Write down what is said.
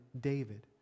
David